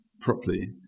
properly